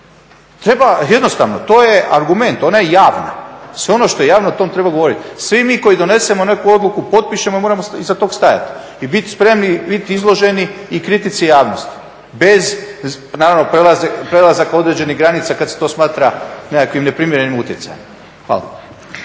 Treba, jednostavno to je argument, ona je javna, sve ono što je javno o tome treba govoriti. Svi mi koji donesemo neku odluku, potpišemo, moramo iza toga stajati i biti spremni i biti izloženi i kritici javnosti bez naravno prelazak određenih granica kad se to smatra nekakvim neprimjerenim utjecajem. Hvala.